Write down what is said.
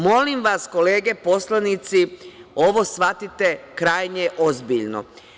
Molim vas kolege poslanici ovo shvatite krajnje ozbiljno.